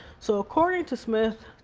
so according to smith,